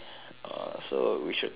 so we should talk about stress